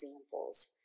examples